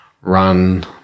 run